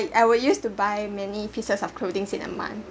I will used to buy many pieces of clothing in a month